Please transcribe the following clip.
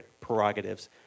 prerogatives